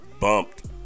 bumped